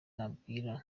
nababwira